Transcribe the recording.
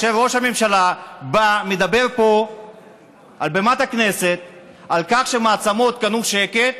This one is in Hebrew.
שכאשר ראש הממשלה בא ומדבר פה על בימת הכנסת על כך שמעצמות קנו שקט,